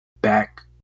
back